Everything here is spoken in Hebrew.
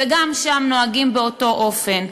וגם שם נוהגים באותו אופן.